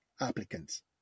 applicants